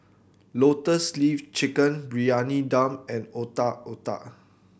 Lotus Leaf Chicken Briyani Dum and Otak Otak